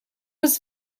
was